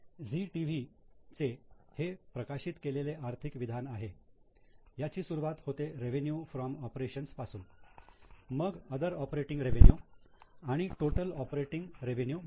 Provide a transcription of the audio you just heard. Zee TV चे हे प्रकाशित केलेले आर्थिक विधान आहे याची सुरुवात होते रेवीन्यू फ्रॉम ऑपरेशन्स पासून मग अदर ऑपरेटिंग रेवीन्यू आणि टोटल ऑपरेटिंग रेवेन्यू मिळत